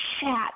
chat